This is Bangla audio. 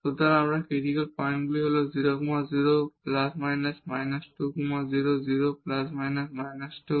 সুতরাং আমাদের ক্রিটিকাল পয়েন্ট হল 00 ± 2 0 0 ± 2